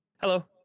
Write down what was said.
Hello